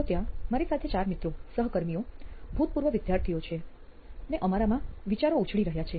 તો ત્યાં મારી સાથે ચાર મિત્રો સહકર્મીઓ ભૂતપૂર્વ વિદ્યાર્થીઓ છે ને અમારામાં વિચારો ઉછળી રહ્યા છે